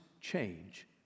change